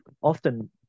often